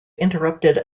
interrupted